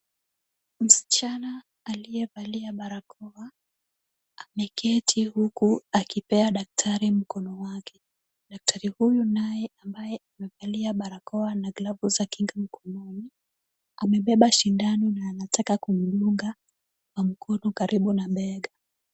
Msichana aliyevalia barakoa ameketi huku akipea daktari mkono wake. Daktari huyu naye ambaye amevalia barakoa na glovu za kinga mkononi, amebeba sindano na anataka kumdunga kwa mkono karibu na bega.